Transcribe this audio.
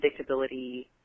predictability